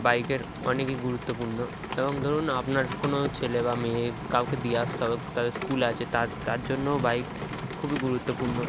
বাইকের অনেকই গুরুত্বপূর্ণ এবং ধরুন আপনার কোনো ছেলে বা মেয়ে কাউকে দিয়ে আসতে হবে তাদের স্কুল আছে তার তার জন্যও বাইক খুবই গুরুত্বপূর্ণ